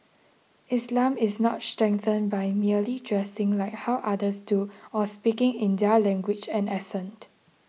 Islam is not strengthened by merely dressing like how others do or speaking in their language and accent